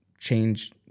change